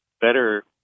better